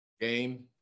Game